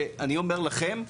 שאני אומר לכם,